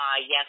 Yes